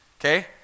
okay